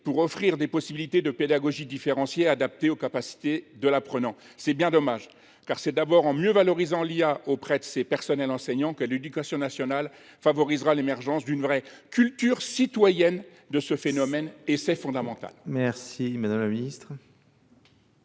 pour offrir des possibilités de pédagogie différenciée adaptées aux capacités de l'apprenant. C'est bien dommage, car c'est d'abord en mieux valorisant l'IA auprès de ses personnels enseignants que l'éducation nationale favorisera l'émergence d'une vraie culture citoyenne de ce phénomène, et c'est fondamental. Merci Merci madame la ministre.